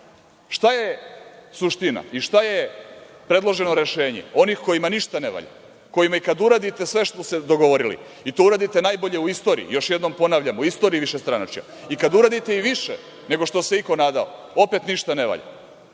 Šta je suština i šta je predloženo rešenje onih kojima ništa ne valja, kojima kada uradite sve što ste se dogovorili i to uradite najbolje u istoriji, još jednom ponavljam, u istoriji višestranačja, i kada uradite i više nego što se iko nadao, opet ništa ne valja. Šta